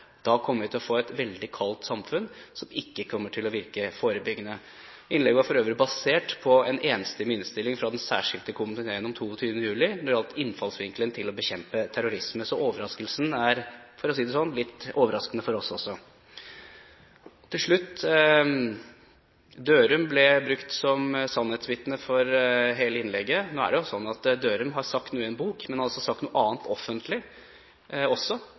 kommer vi til å få et veldig kaldt samfunn, som ikke kommer til å virke forebyggende. Innlegget var for øvrig basert på en enstemmig innstilling fra Den særskilte komité om den 22. juli når det gjaldt innfallsvinkelen til å bekjempe terrorisme. Så overraskelsen er – for å si det slik – litt overraskende for oss også. Til slutt: Odd Einar Dørum ble brukt som sannhetsvitne for hele innlegget. Nå er det slik at Dørum har sagt noe i en bok, men han har sagt noe annet offentlig også.